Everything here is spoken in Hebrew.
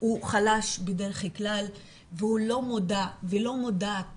הוא חלש בדרך כלל והוא לא מודע ולא מודעת